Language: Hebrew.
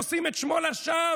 נושאים את שמו לשווא.